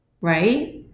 right